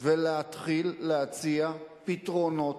ולהתחיל להציע פתרונות,